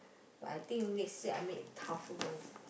I think next year I need a tougher one